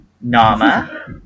Nama